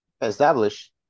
Establish